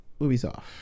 Ubisoft